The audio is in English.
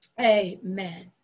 amen